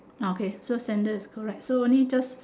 okay so sandal is correct so only just